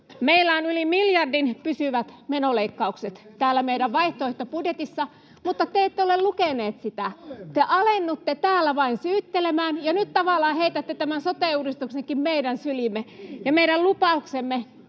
Meillä on yli miljardin pysyvät menoleikkaukset täällä meidän vaihtoehtobudjetissa, mutta te ette ole lukeneet sitä. [Antti Lindtman: Olemme!] Te alennutte täällä vain syyttelemään, ja nyt tavallaan heitätte tämän sote-uudistuksenkin meidän syliimme. Ja meidän lupauksemme